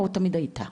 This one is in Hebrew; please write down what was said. או תמיד הייתה?